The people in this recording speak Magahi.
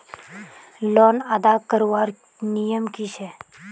लोन अदा करवार नियम की छे?